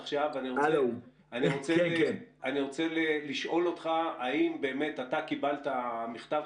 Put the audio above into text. עכשיו ואני רוצה לשאול אותך האם באמת אתה קיבלת מכתב,